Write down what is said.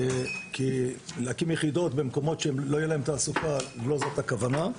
כי להקים יחידות במקומות שלא תהיה להן תעסוקה זו לא הכוונה.